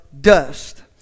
dust